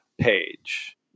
page